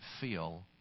feel